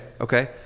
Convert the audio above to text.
Okay